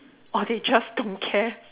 or they just don't care